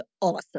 awesome